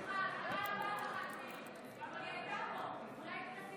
אבל היא הייתה פה.